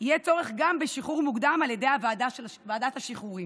יהיה צורך גם בשחרור מוקדם על ידי ועדת השחרורים.